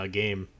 game